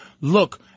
look